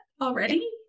already